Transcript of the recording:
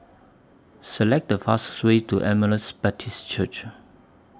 Select The fastest Way to Emmaus Baptist Church